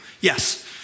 Yes